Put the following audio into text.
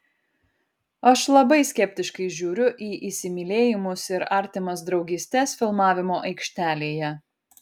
aš labai skeptiškai žiūriu į įsimylėjimus ir artimas draugystes filmavimo aikštelėje